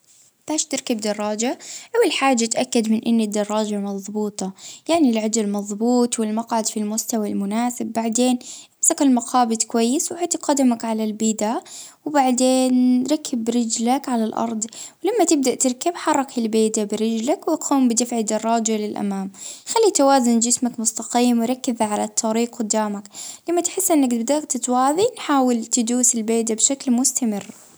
آ تعليم ركوب دراجة، أول شي لازم تختار المكان أعمل ما فيش سيارات وتعدل الكرسي وبعدين تتوازن، وال تتدرب على الدواسات شوية وضروري من تشجيع الشخص يعني الصبر هو السر.